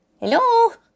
hello